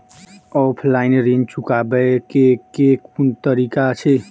Offline ऋण चुकाबै केँ केँ कुन तरीका अछि?